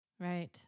Right